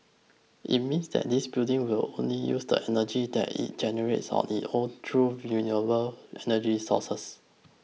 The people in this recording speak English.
it means that this building will only use the energy that it generates on its own through renewable energy sources